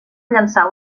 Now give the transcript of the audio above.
llançar